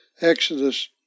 Exodus